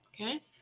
Okay